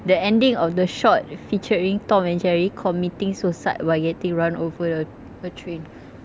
the ending of the shot featuring tom and jerry committing suicide while getting run over the a train